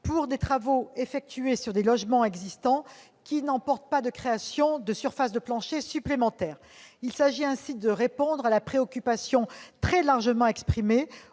pour des travaux effectués sur des logements existants qui n'emportent pas de création de surface de plancher supplémentaire. Il s'agit ainsi de répondre à la préoccupation très largement exprimée